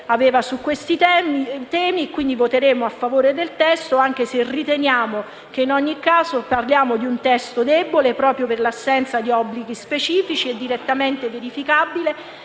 aveva su questi temi e pertanto voteremo a favore del testo, anche se riteniamo che, in ogni caso, parliamo di un testo debole, proprio per l'assenza di obblighi specifici e direttamente verificabili